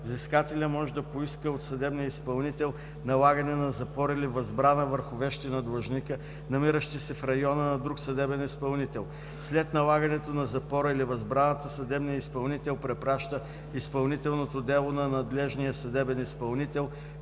взискателят може да поиска от съдебния изпълнител налагане на запор или възбрана върху вещи на длъжника, намиращи се в района на друг съдебен изпълнител. След налагане на запора или възбраната съдебният изпълнител препраща изпълнителното дело на надлежния съдебен изпълнител,